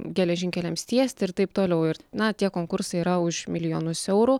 geležinkeliams tiesti ir taip toliau ir na tie konkursai yra už milijonus eurų